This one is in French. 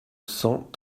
cent